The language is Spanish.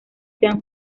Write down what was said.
sean